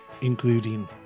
including